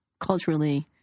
culturally